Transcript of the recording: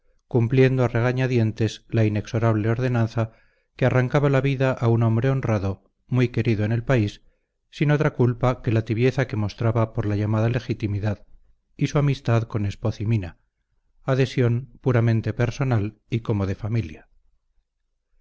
cumpliendo a regañadientes la inexorable ordenanza que arrancaba la vida a un hombre honrado muy querido en el país sin otra culpa que la tibieza que mostraba por la llamada legitimidad y su amistad con espoz y mina adhesión puramente personal y como de familia